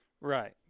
Right